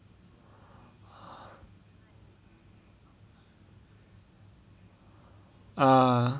ah